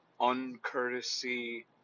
uncourtesy